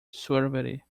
suavity